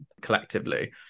collectively